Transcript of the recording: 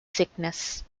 sickness